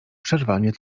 przerwanie